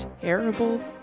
Terrible